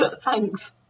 thanks